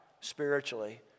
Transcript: spiritually